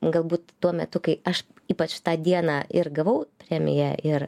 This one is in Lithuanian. galbūt tuo metu kai aš ypač tą dieną ir gavau premiją ir